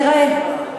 תראה,